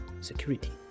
security